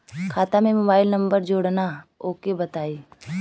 खाता में mobile number जोड़ना ओके बताई?